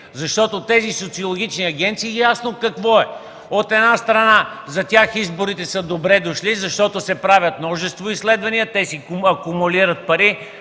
са тези социологически агенции. От една страна, за тях изборите са добре дошли, защото се правят множество изследвания, те акумулират пари,